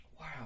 Wow